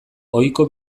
ohiko